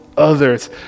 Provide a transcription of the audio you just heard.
others